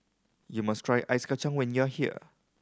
you must try Ice Kachang when you are here